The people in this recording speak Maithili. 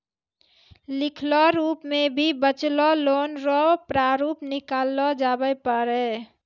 लिखलो रूप मे भी बचलो लोन रो प्रारूप निकाललो जाबै पारै